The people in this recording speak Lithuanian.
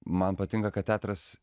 man patinka kad teatras